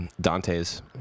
Dante's